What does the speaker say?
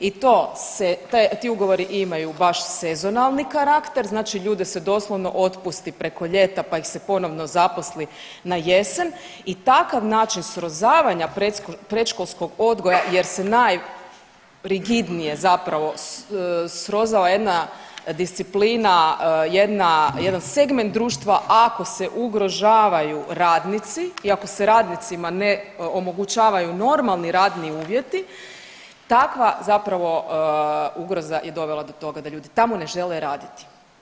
I to se, ti ugovori imaju baš sezonalni karakter znači ljude se doslovno otpusti preko ljeta pa ih se ponovno zaposli na jesen i takav način srozavanja predškolskog odgoja jer se najrigidnije zapravo srozava jedna disciplina, jedan segment društva ako se ugrožavaju radnici i ako se radnicima ne omogućavaju normalni radni uvjeti, takva zapravo ugroza je dovela do toga da ljudi tamo ne žele raditi.